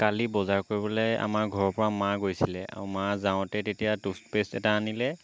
কালি বজাৰ কৰিবলৈ আমাৰ ঘৰৰ পৰা মা গৈছিলে আৰু মা যাওঁতে তেতিয়া টুথপেষ্ট এটা আনিলে